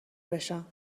بشم